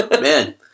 Man